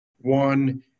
one